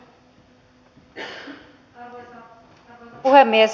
arvoisa puhemies